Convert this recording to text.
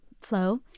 flow